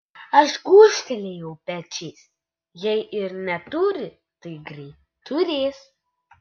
aš gūžtelėjau pečiais jei ir neturi tai greit turės